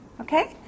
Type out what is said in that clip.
Okay